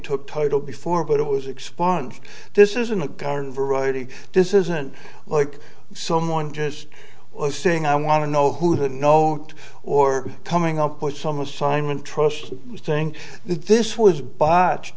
took title before but it was expunged this isn't a garden variety this isn't like someone just saying i want to know who the note or coming up with some assignment trust me saying that this was botched